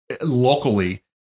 locally